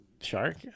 shark